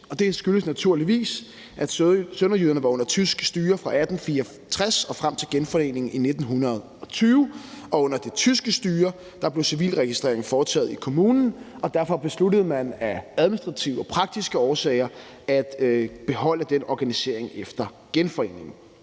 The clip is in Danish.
Det skyldes naturligvis, at sønderjyderne var under tysk styre fra 1864 og frem til genforeningen i 1920, og under det tyske styre blev civilregistreringen foretaget i kommunen, og derfor besluttede man af administrative og praktiske årsager at beholde den organisering efter genforeningen.